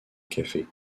café